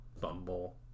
Bumble